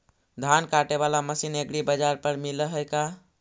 धान काटे बाला मशीन एग्रीबाजार पर मिल है का?